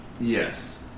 Yes